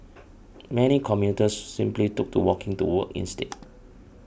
many commuters simply took to walking to work instead